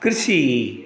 कृषि